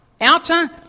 outer